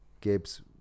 Gibbs